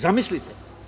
Zamislite.